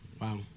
Wow